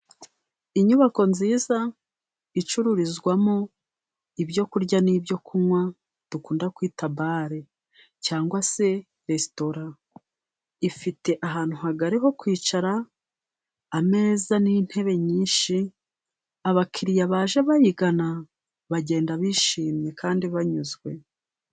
Inyubako nziza icururizwamo ibyo kurya nibyo kunywa dukunda kwita bare cyangwa se resitora. Ifite ahantu hagari ho kwicara, ameza n'intebe nyinshi, abakiriya baje bayigana bagenda bishimye, kandi banyuzwe.